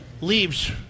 leaves